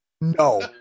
No